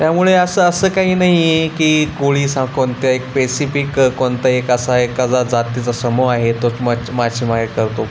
त्यामुळे असं असं काही नाही आहे की कोळी सां कोणत्या एक पेसिफिक कोणता एक असा एका जा जातीचा समूह आहे तोच मच मच्छीमारी करतो